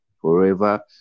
forever